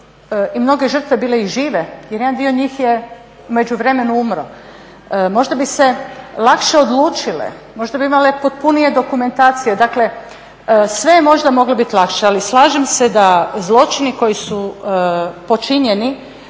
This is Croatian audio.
i mnoge žrtve bile i žive jer jedan dio njih je u međuvremenu umro. Možda bi se lakše odlučile, možda bi imale potpunije dokumentacije, dakle sve je možda moglo biti lakše. Ali slažem se da zločini koji su počinjeni